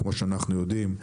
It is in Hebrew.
כמו שאנחנו יודעים,